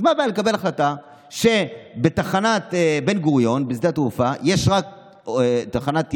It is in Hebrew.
אז מה הבעיה לקבל החלטה שבתחנת בן-גוריון בשדה התעופה יש רק תחנת ירידה,